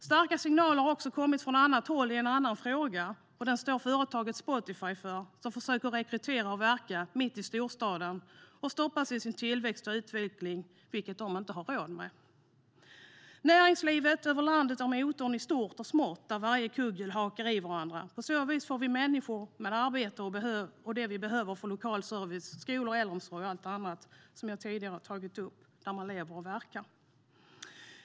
Starka signaler har också kommit från ett annat håll i en annan fråga, och dem står företaget Spotify för. Spotify försöker rekrytera och verka mitt i storstaden, men man stoppas i sin tillväxt och utveckling, vilket man inte har råd med. Näringslivet över landet är motorn i stort och smått där varje kugghjul hakar i varandra. På så vis får vi människor och de arbeten som behövs för lokal service, skolor, äldreomsorg och allt annat - som jag tidigare har tagit upp - där man lever och verkar.